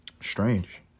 Strange